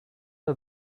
her